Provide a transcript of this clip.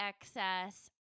excess